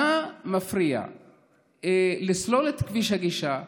מה מפריע לסלול את כביש הגישה?